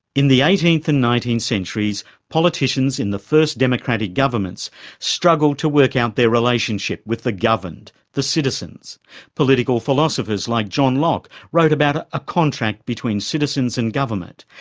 in the eighteenth and nineteenth centuries, politicians in the first democratic governments struggled to work out their relationship with the governed, the citizens political philosophers like john locke wrote about a ah contract between citizens and government.